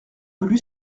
voulu